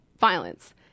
violence